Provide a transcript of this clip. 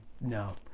no